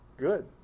Good